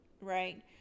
right